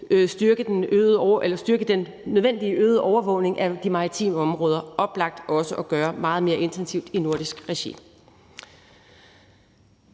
styrke den nødvendige øgede overvågning af de maritime områder. Det er også oplagt at gøre meget mere intensivt i nordisk regi.